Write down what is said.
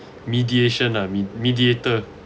mediation ah mid~ mediator